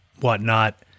whatnot